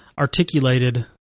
articulated